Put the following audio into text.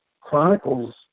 chronicles